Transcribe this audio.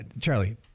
Charlie